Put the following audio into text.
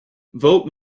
vote